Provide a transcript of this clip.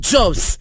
Jobs